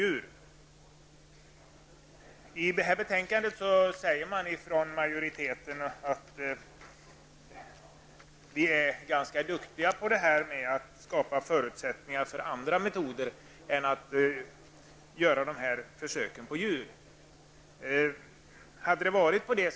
Utskottsmajoriteten säger att vi är ganska duktiga på att skapa förutsättningar för andra metoder, dvs. för sådant som inte gäller försök med djur.